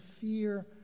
fear